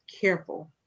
careful